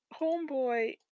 homeboy